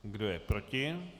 Kdo je proti?